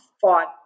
fought